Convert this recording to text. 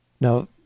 Now